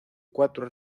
cuatro